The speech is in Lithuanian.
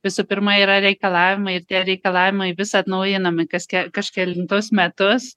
visų pirma yra reikalavimai ir tie reikalavimai vis atnaujinami kaske kažkelintus metus